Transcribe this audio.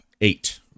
eight